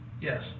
Yes